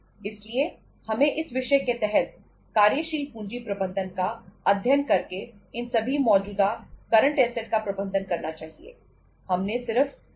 इसलिए हमें इस विषय के तहत कार्यशील पूंजी प्रबंधन का अध्ययन करके इन सभी मौजूदा करंट ऐसेट का प्रबंधन करना चाहिए